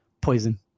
poison